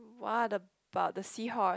what about the seahorse